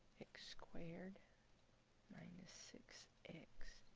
x squared minus six x